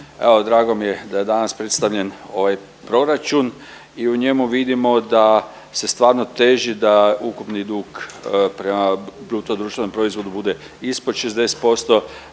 drago mi je da je danas predstavljen ovaj proračun i u njemu vidimo da se stvarno teži da ukupni dug prema bruto društvenom proizvodu bude ispod 60%,